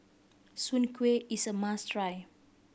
soon kway is a must try